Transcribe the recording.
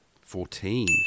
Fourteen